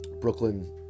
Brooklyn